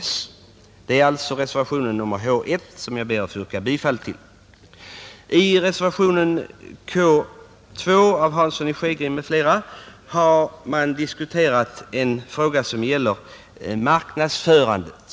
Detta är alltså innehållet i reservationen 1 vid H i utskottets hemställan, och jag ber att få yrka bifall till den reservationen. Reservationen 2 av herr Hansson i Skegrie m.fl. gäller frågan om marknadsföringen.